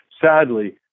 Sadly